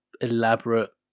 elaborate